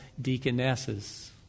deaconesses